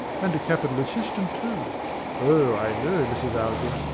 and a capital assistant too oh, i know, mrs. alving,